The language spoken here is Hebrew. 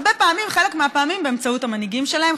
חלק מהפעמים באמצעות המנהיגים שלהם,